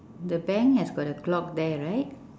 the bank has got a clock there right